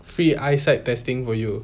free eyesight testing for you